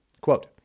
Quote